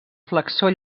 flexor